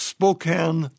Spokane